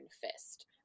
Fist